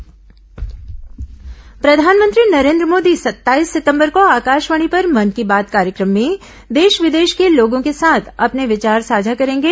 मन की बात प्रधानमंत्री नरेन्द्र मोदी सत्ताईस सितंबर को आकाशवाणी पर मन की बात कार्यक्रम में देश विदेश के लोगों के साथ अपने विचार साझा करेंगे